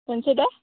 दोनसै दे